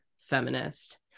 feminist